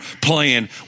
playing